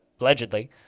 allegedly